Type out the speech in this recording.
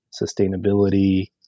sustainability